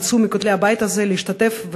יצאו מכותלי הבית כדי להשתתף בה,